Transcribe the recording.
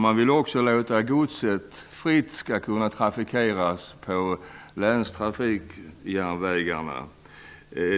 Man vill också att godset fritt skall kunna trafikeras på länstrafikjärnvägarna.